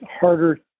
harder